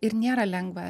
ir nėra lengva